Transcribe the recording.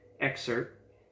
excerpt